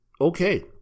Okay